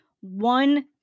one